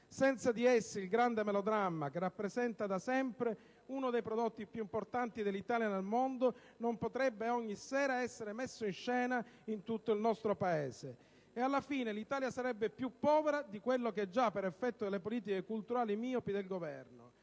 Senza di essi il grande melodramma, che rappresenta da sempre uno dei prodotti più importanti dell'Italia nel mondo, non potrebbe ogni sera essere messo in scena in tutto il nostro Paese. E, alla fine, l'Italia sarebbe più povera di quello che già è per effetto delle politiche culturali miopi del Governo.